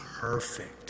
perfect